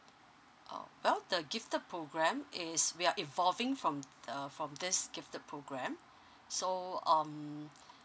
uh well the gifted programme is we are evolving from uh from this gifted programme so um